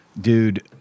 Dude